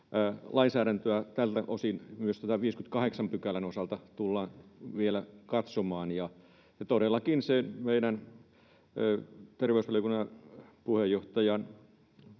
lainsäädäntöä tältä osin, myös tämän 58 §:n osalta, tullaan vielä katsomaan, ja todellakin meidän sosiaali- ja terveysvaliokunnan puheenjohtajan